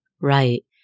Right